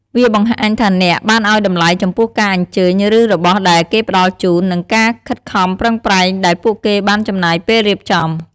វាបង្ហាញថាអ្នកបានឲ្យតម្លៃចំពោះការអញ្ជើញ ឬរបស់ដែលគេផ្តល់ជូន និងការខិតខំប្រឹងប្រែងដែលពួកគេបានចំណាយពេលរៀបចំ។